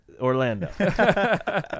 Orlando